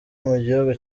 mugihugu